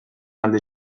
alde